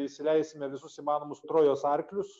įsileisime visus įmanomus trojos arklius